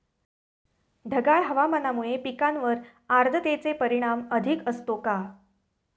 ढगाळ हवामानामुळे पिकांवर आर्द्रतेचे परिणाम अधिक असतो का?